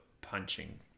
punching